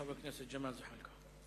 חבר הכנסת ג'מאל זחאלקה.